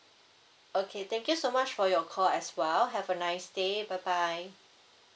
okay thank you so much for your call as well have a nice day bye bye